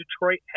Detroit